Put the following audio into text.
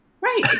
Right